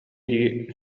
дии